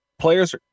Players